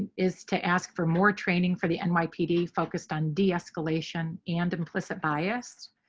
and is to ask for more training for the and nypd focused on de escalation and implicit bias.